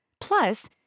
Plus